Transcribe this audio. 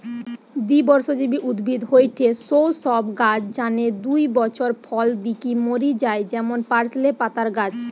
দ্বিবর্ষজীবী উদ্ভিদ হয়ঠে সৌ সব গাছ যানে দুই বছর ফল দিকি মরি যায় যেমন পার্সলে পাতার গাছ